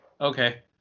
okay